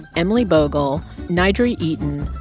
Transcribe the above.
emily bogle, n'jeri eaton,